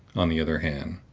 on the other hand,